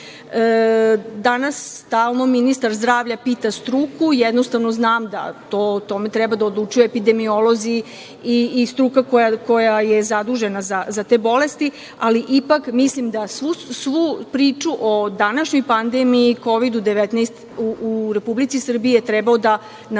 Danas stalno ministar zdravlja pita struku, jednostavno znam da o tome treba da odlučuju epidemijolozi i struka koja je zadužena za te bolesti, ali ipak mislim da svu priču o današnjoj pandemiji COVID – 19 u Republici Srbiji je trebao da bude